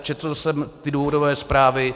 Četl jsem ty důvodové zprávy.